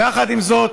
יחד עם זאת,